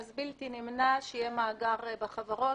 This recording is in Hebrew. אז בלתי נמנע שיהיה מאגר בחברות.